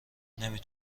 نمی